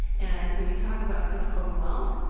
and when you talk about feeling overwhelmed,